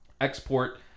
export